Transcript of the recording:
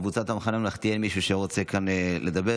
קבוצת המחנה הממלכתי, אין מישהו שרוצה כאן לדבר.